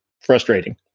frustrating